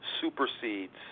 supersedes